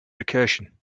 recursion